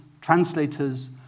translators